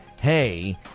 Hey